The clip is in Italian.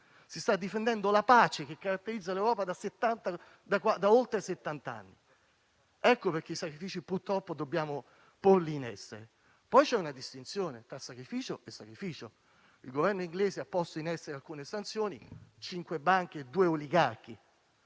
si sta difendendo la pace che caratterizza l'Europa da oltre settant'anni. Ecco perché, purtroppo, dobbiamo porre in essere dei sacrifici. Poi c'è una distinzione tra sacrificio e sacrificio. Il Governo inglese ha posto in essere alcune sanzioni per cinque banche e due oligarchi.